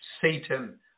Satan